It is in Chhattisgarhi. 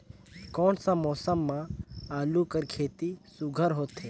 कोन सा मौसम म आलू कर खेती सुघ्घर होथे?